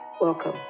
Welcome